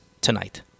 tonight